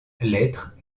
lettres